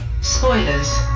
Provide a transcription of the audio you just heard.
Spoilers